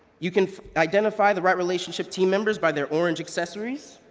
you can identify the right relationship team members by their orange accessory ies,